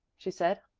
she said.